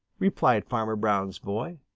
replied farmer brown's boy.